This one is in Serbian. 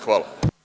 Hvala.